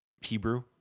Hebrew